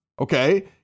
Okay